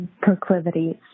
proclivities